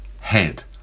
Head